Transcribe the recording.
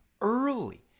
Early